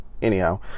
Anyhow